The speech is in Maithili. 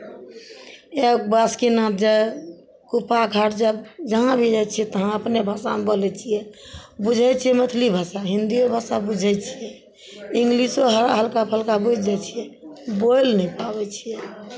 या बासुकीनाथ जाय कुप्पा घाट जाय जहाँ भी जाइ छियै तहाँ अपने भाषामे बोलै छियै बुझै छियै मैथिली भाषा हिन्दीओ भाषा बुझै छियै इंग्लिशो हल्का फल्का बुझि जाइ छियै बोलि नहि पाबै छियै